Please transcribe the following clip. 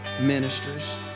ministers